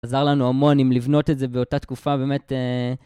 עזר לנו המון עם לבנות את זה באותה תקופה באמת.